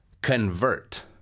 convert